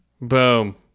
Boom